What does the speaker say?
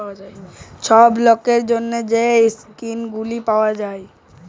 ছব লকের জ্যনহে যে ইস্কিম গুলা পাউয়া যায়